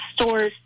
stores